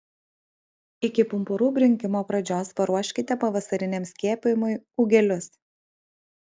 iki pumpurų brinkimo pradžios paruoškite pavasariniam skiepijimui ūgelius